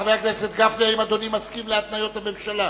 חבר הכנסת גפני, האם אדוני מסכים להתניות הממשלה?